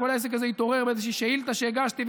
כל העסק הזה התעורר באיזושהי שאילתה שהגשתי,